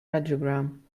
radiogram